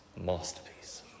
Masterpiece